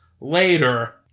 later